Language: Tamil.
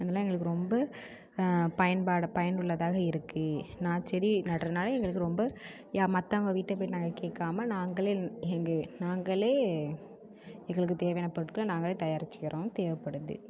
அதலாம் எங்களுக்கு ரொம்ப பயன்பாட பயனுள்ளதாக இருக்குது நான் செடி நடுறதுனால எங்களுக்கு ரொம்ப ஏ மற்றவங்க வீட்டை போய் நாங்கள் கேட்காம நாங்களே எங்கள் நாங்களே எங்களுக்கு தேவையான பொருட்களை நாங்களே தயாரித்துக்கிறோம் தேவைப்படுது